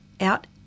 out